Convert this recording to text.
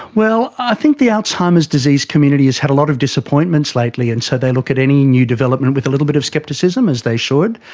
well, i think the alzheimer's disease community has had a lot of disappointments lately and so they look at any new development with a little bit of scepticism, as they should.